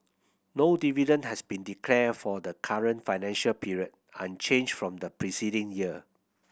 no dividend has been declared for the current financial period unchanged from the preceding year